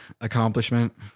accomplishment